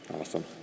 Awesome